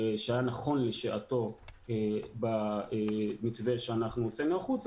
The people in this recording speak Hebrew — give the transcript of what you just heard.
שהיה נכון לשעתו במתווה שהוצאנו החוצה.